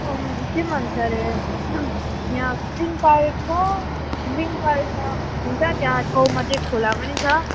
के भन् के भन्छ अरे यहाँ ग्रिन पार्क छ ग्रिन पार्कमा हुन्छ त्यहाँ छेउमा चाहिँ खोला पनि छ